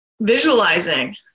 visualizing